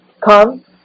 come